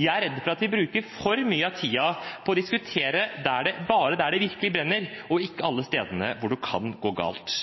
Jeg er redd for at vi bruker for mye av tiden på å diskutere bare der det virkelig brenner, og ikke alle stedene hvor det kan gå galt.